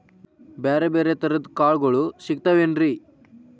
ಬ್ಯಾರೆ ಬ್ಯಾರೆ ತರದ್ ಕಾಳಗೊಳು ಸಿಗತಾವೇನ್ರಿ?